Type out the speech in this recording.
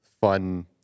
fun